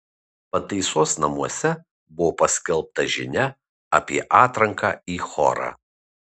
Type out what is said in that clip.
pataisos namuose buvo paskelbta žinia apie atranką į chorą